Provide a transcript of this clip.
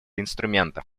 инструмента